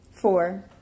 Four